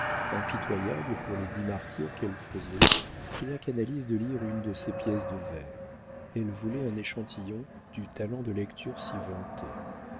impitoyable pour les dix martyrs qu'elle faisait pria canalis de lire une de ses pièces de vers elle voulait un échantillon du talent de lecture si